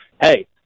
hey